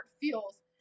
feels